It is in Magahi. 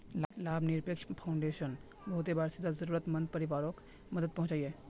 लाभ निरपेक्ष फाउंडेशन बहुते बार सीधा ज़रुरत मंद परिवारोक मदद पहुन्चाहिये